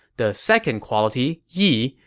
the second quality, yi,